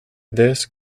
this